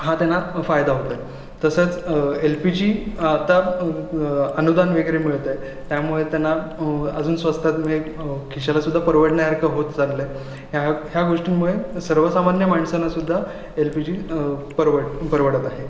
हा त्यांना फायदा होतो आहे तसंच एल पी जी आता अनुदान वगैरे मिळतं आहे त्यामुळे त्यांना अजून स्वस्तात मिळेल खिशालासुद्धा परवडण्यारखं होत चाललं आहे ह्या ह्या गोष्टींमुळे सर्वसामान्य माणसांनासुद्धा एल पी जी परवड परवडत आहे